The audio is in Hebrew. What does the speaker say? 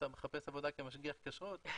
אתה מחפש עבודה כמשגיח כשרות?'.